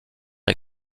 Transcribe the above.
est